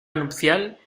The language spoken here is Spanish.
nupcial